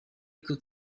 could